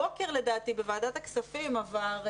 הבוקר בוועדת הכספים עבר,